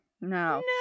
No